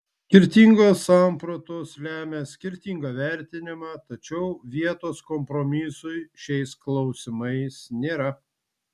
skirtingos sampratos lemia skirtingą vertinimą tačiau vietos kompromisui šiais klausimais nėra